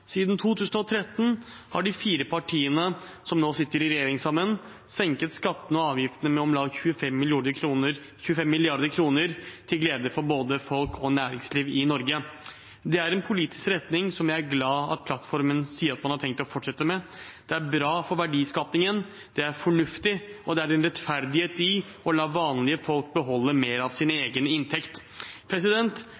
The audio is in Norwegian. Siden 2013 har de fire partiene som nå sitter i regjering sammen, senket skattene og avgiftene med om lag 25 mrd. kr, til glede for både folk og næringsliv i Norge. Det er en politisk retning som jeg er glad for at plattformen sier at man har tenkt å fortsette. Det er bra for verdiskapingen, det er fornuftig, og det er rettferdighet i å la vanlige folk beholde mer av sin